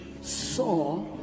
saw